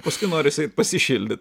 paskui norisi eit pasišildyt